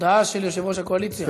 הודעה של יושב-ראש הקואליציה.